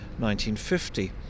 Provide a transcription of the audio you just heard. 1950